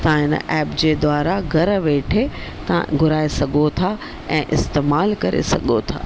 तव्हां हिन ऐप जे द्वारा घरु वेठे तव्हां घुराए सघो था ऐं इस्तेमालु करे सघो था